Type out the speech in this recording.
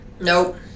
Nope